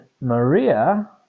Maria